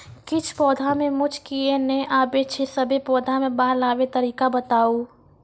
किछ पौधा मे मूँछ किये नै आबै छै, सभे पौधा मे बाल आबे तरीका बताऊ?